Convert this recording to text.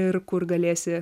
ir kur galėsi